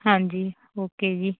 ਹਾਂਜੀ ਓਕੇ ਜੀ